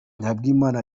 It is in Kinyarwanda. nzahabwanimana